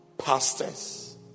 pastors